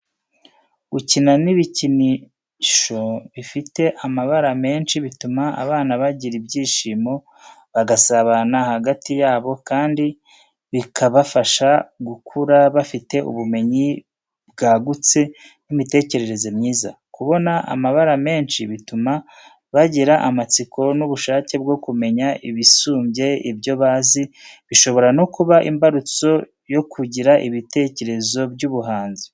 Gukina n'ibikinisho bifite amabara menshi bituma abana bagira ibyishimo, bagasabana hagati yabo, kandi bikabafasha gukura bafite ubumenyi bwagutse, n'imitekerereze myiza. Kubona amabara menshi, bituma bagira amatsiko n'ubushake bwo kumenya ibisumbye ibyo bazi, bishobora no kuba imbarutso yo kugira ibitekerezo by'ubuhanzi.